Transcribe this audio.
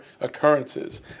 occurrences